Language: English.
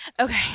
Okay